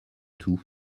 tout